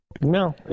No